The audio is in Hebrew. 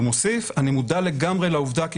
הוא מוסיף: "אני מודע לגמרי לעובדה כי